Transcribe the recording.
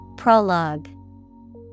Prologue